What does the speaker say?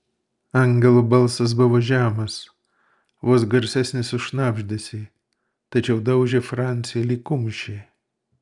angelo balsas buvo žemas vos garsesnis už šnabždesį tačiau daužė francį lyg kumščiai